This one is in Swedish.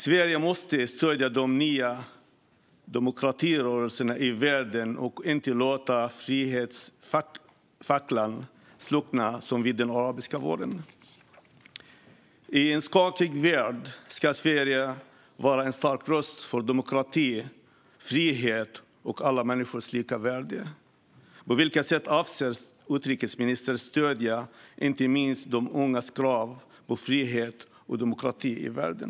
Sverige måste stödja de nya demokratirörelserna i världen och inte låta frihetsfacklan slockna, som vid den arabiska våren. I en skakig värld ska Sverige vara en stark röst för demokrati, frihet och alla människors lika värde. På vilket sätt avser utrikesministern att stödja inte minst de ungas krav på frihet och demokrati i världen?